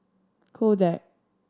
Kodak